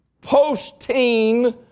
post-teen